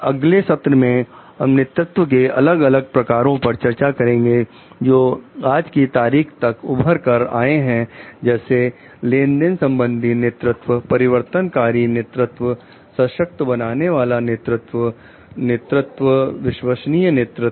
अगले सत्र में हम नेतृत्व के अलग अलग प्रकारों पर चर्चा करेंगे जो आज की तारीख तक उभर कर आए हैं जैसे लेनदेन संबंधित नेतृत्व परिवर्तनकारी नेतृत्व सशक्त बनाने वाला नेतृत्व नेतृत्व नेतृत्व विश्वसनीय नेतृत्व